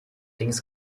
links